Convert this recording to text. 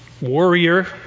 warrior